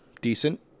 decent